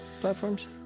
platforms